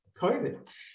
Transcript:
COVID